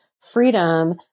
freedom